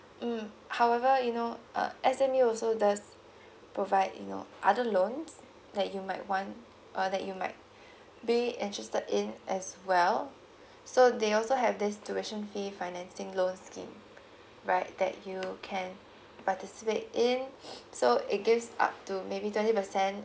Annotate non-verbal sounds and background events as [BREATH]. mm however you know uh S_M_U also does provide you know other loans that you might want uh that you might be interested in as well so they also have this tuition fee financing loan scheme right that you can participate in [BREATH] so it gives up to maybe twenty percent